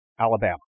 Alabama